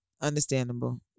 understandable